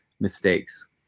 mistakes